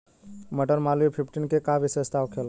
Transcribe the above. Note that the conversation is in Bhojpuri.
मटर मालवीय फिफ्टीन के का विशेषता होखेला?